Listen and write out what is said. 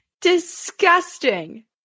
Disgusting